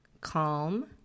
calm